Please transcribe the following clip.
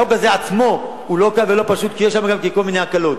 החוק הזה עצמו הוא לא קל ולא פשוט כי יש שם גם כן כל מיני הקלות.